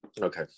okay